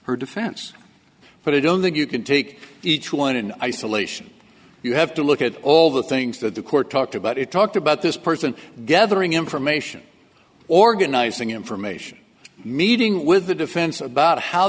her defense but i don't think you can take each one in isolation you have to look at all the things that the court talked about it talked about this person gathering information organizing information meeting with the defense about how